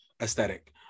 aesthetic